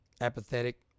Apathetic